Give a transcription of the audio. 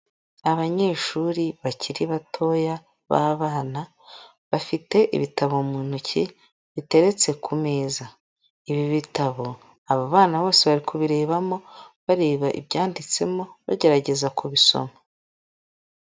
Abanyeshuri bakiri batoya b'abana bafite ibitabo mu ntoki biteretse ku meza, ibi bitabo aba bana bose bari kubirebamo bareba ibyanditsemo bagerageza kubisoma.